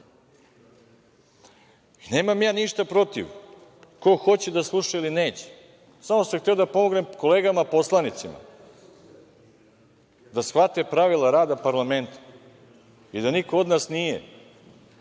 naroda. Nemam ja ništa protiv, ko hoće da sluša ili neće, samo sam hteo da pomognem kolegama poslanicima, da shvate pravila rada parlamenta i da niko od nas nije